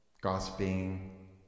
gossiping